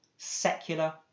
secular